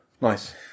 Nice